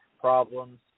problems